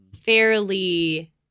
fairly